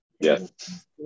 Yes